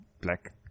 black